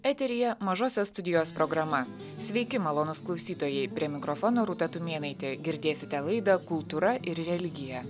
eteryje mažosios studijos programa sveiki malonūs klausytojai prie mikrofono rūta tumėnaitė girdėsite laidą kultūra ir religija